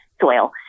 soil